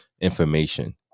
information